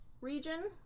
region